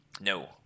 No